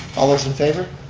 all those in favor?